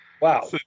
Wow